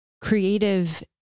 creative